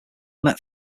met